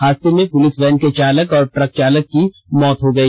हादसे में police van के चालक और ट्रक चालक की मौत हो गई